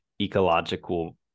ecological